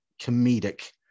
comedic